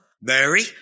Mary